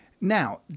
Now